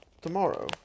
tomorrow